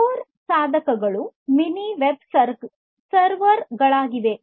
ಕೊರ್ ಸಾಧನಗಳು mini web ಸರ್ವರ್ಗಳಾಗಿವೆ